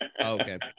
Okay